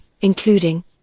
including